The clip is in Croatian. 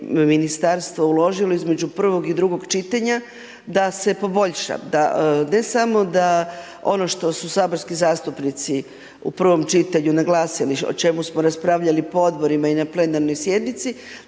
ministarstvo uložilo između prvog i drugog čitanja da se poboljša. Da, ne samo da ono što su saborski zastupnici u prvom čitanju naglasili o čemu smo raspravljali po odborima i na plenarnoj sjednici,